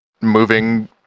moving